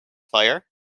fire